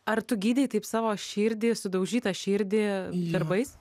ar tu gydei taip savo širdį sudaužytą širdį darbais